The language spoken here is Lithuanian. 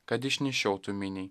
kad išnešiotų miniai